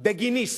בגיניסט,